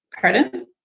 Pardon